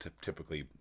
typically